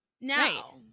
Now